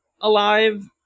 alive